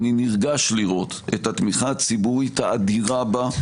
אני נרגש לראות את התמיכה הציבורית האדירה בה.